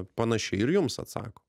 panašiai ir jums atsako